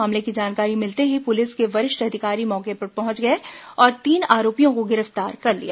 मामले की जानकारी मिलते ही पुलिस के वरिष्ठ अधिकारी मौके पर पहुंच गए और तीन आरोपियों को गिरफ्तार कर लिया